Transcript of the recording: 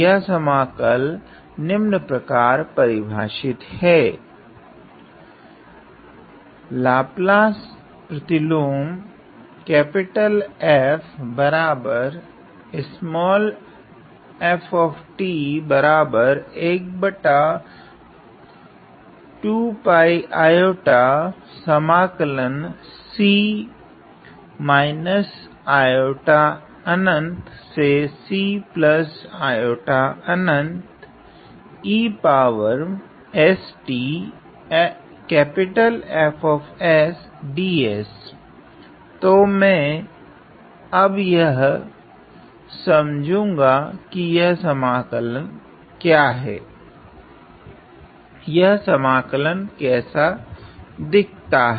तो यह समाकल निम्न प्रकार परिभाषित हैं तो मैं अब यह समझौगा की यह समाकल क्या हैं यह समाकल कैसा दिखता हैं